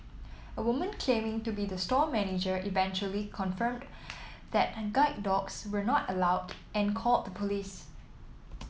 a woman claiming to be the store manager eventually confirmed that guide dogs were not allowed and called the police